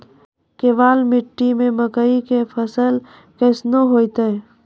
केवाल मिट्टी मे मकई के फ़सल कैसनौ होईतै?